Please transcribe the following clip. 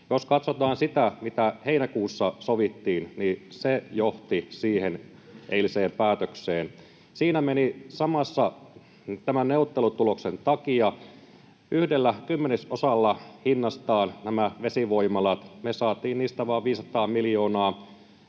Jos katsotaan sitä, mitä heinäkuussa sovittiin, niin se johti siihen eiliseen päätökseen. Siinä menivät samassa tämän neuvottelutuloksen takia yhdellä kymmenesosalla hinnastaan nämä vesivoimalat, me saatiin niistä vain 500 miljoonaa,